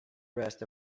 rest